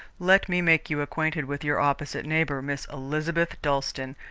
let me make you acquainted with your opposite neighbour, miss elizabeth dalstan.